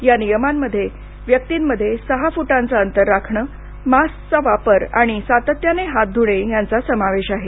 या नियमांमध्ये व्यक्तींमध्ये सहा फुटांचं अंतर राखणं मास्कचा वापर आणि सातत्यानं हात धुणे यांचा समावेश आहे